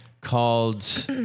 Called